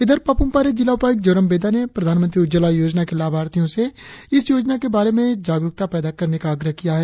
इधर पापुम पारे जिला उपायुक्र जोराम बेदा ने प्रधानमंत्री उज्ज्वला योजना के लाभार्थियों से इस योजना के बारे में जागरुकता पैदा करने का आग्रह किया है